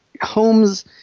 Holmes